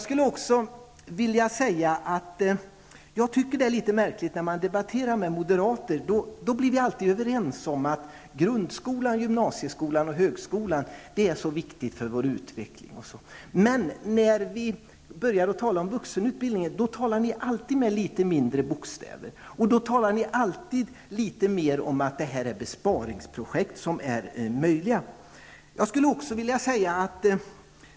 Det är märkligt att vi i debatter med moderater alltid blir överens om att grundskolan, gymnasieskolan och högskolan är viktiga för vår utveckling. Men när vi börjar tala om vuxenutbildningen, talar ni alltid med litet mindre bokstäver. Ni talar mer om att detta är möjliga besparingsprojekt.